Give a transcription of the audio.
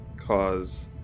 cause